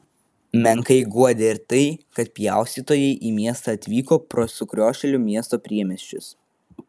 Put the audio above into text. menkai guodė ir tai kad pjaustytojai į miestą atvyko pro sukriošėlių miesto priemiesčius